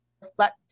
reflect